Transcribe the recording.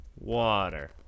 water